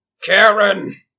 Karen